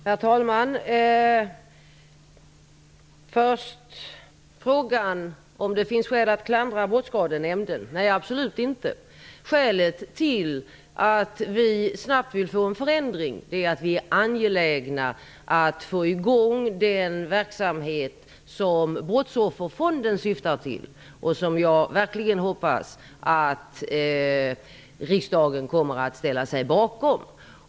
Herr talman! Först vill jag besvara frågan om det finns skäl att klandra Brottsskadenämnden. Det finns det absolut inte. Skälet till att vi snabbt vill få en förändring är att vi är angelägna om att få i gång den verksamhet som Brottsofferfonden syftar till och som jag verkligen hoppas att riksdagen kommer att ställa sig bakom.